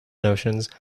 notions